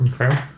Okay